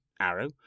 Arrow